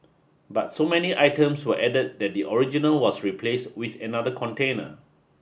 but so many items were added that the original was replaced with another container